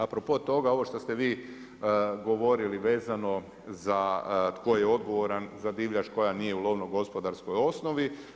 A propo toga, ovo što ste vi govorili vezano za tko je odgovoran za divljač koja nije u lovno gospodarskoj osnovi.